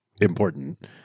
important